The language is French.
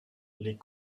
les